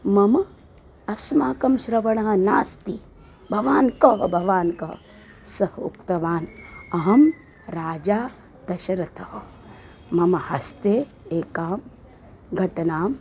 मम अस्माकं श्रवणः नास्ति भवान् कः भवान् कः सः उक्तवान् अहं राजा दशरथः मम हस्ते एकां घटनाम्